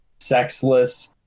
sexless